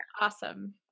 Awesome